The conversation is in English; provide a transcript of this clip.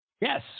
Yes